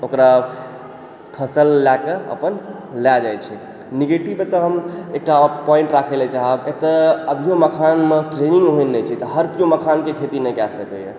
ओकरा फसल लए कऽ अपन लए जाइ छै नेगेटिव एतऽ हम एकटा पॉइंट राखै लऽ चाहब एतऽ अभियो मखानमे ट्रेनिंग ओहन नहि छै हर केओ मखान के खेती नहि कए सकै यऽ